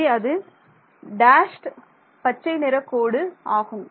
இங்கே அது டேஷ்டு பச்சை நிற கோடு ஆகும்